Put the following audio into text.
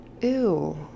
Ew